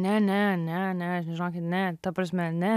ne ne ne ne žinokit ne ta prasme ne